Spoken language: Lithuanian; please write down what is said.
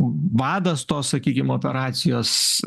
vadas to sakykim operacijos